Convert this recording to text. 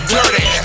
Dirty